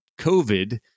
COVID